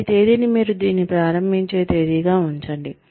నేటి తేదీని మీరు దీన్ని ప్రారంభించే తేదీగా ఉంచండి